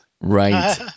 Right